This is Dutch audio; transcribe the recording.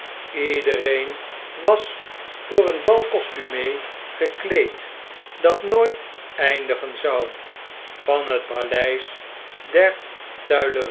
iedereen was voor een bal costume gekleed dat nooit eindigen zou van het paleis der